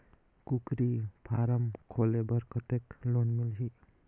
कूकरी फारम खोले बर कतेक लोन मिलही?